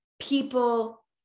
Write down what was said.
people